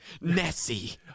Nessie